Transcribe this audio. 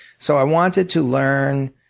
so i wanted to learn